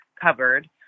covered